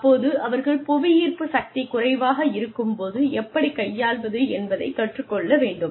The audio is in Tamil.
அப்போது அவர்கள் புவி ஈர்ப்பு சக்தி குறைவாக இருக்கும் போது எப்படிக் கையாள்வது என்பதை கற்றுக் கொள்ள வேண்டும்